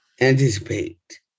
anticipate